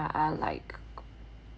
are like